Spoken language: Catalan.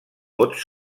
vot